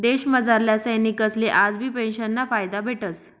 देशमझारल्या सैनिकसले आजबी पेंशनना फायदा भेटस